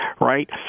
right